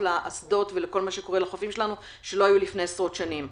לאסדות ולכל מה שקורה לחופים שלנו שלא היו לפני עשרות שנים.